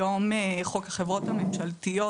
היום חוק החברות הממשלתיות,